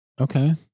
Okay